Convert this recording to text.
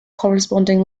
corresponding